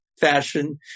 fashion